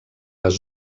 les